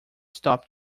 stop